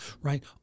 right